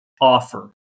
offer